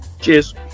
Cheers